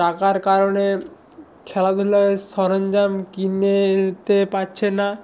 টাকার কারণে খেলাধূলায় সরঞ্জাম কিনতে পারছে না